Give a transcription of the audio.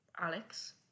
Alex